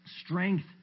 strength